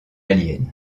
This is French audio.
aliens